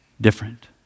different